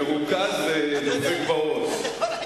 מרוכז ודופק בראש.